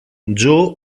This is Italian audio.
joe